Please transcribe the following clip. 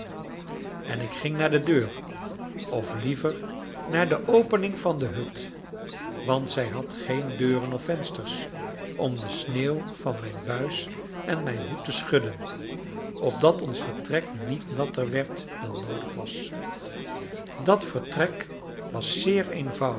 en ik ging naar de deur of liever naar de opening van de hut want zij had geen deuren of vensters om de sneeuw van mijn buis en mijn hoed te schudden opdat ons vertrek niet natter werd dan noodig was dat vertrek was zeer